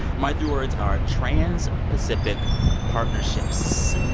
my three words are trans-pacific partnerships,